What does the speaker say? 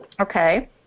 Okay